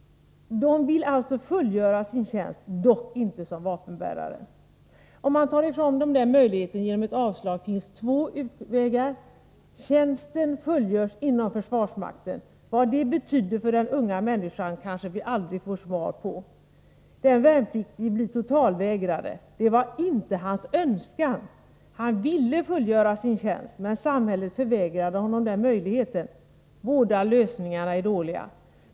De unga vill alltså fullgöra sin tjänst, dock inte som vapenbärare. Om man tar ifrån dem den möjligheten genom ett avslag, finns två utvägar: Tjänsten fullgörs inom försvarsmakten. — Vad det betyder för den unga människan kanske vi aldrig får svar på. Den värnpliktige blir totalvägrare. — Det var inte hans önskan. Han ville fullgöra sin tjänst, men samhället förvägrade honom den möjligheten. Båda lösningarna är dåliga.